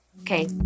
Okay